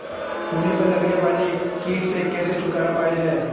मूली पर लगने वाले कीट से कैसे छुटकारा पाया जाये?